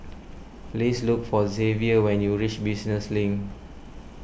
please look for Zavier when you reach Business Link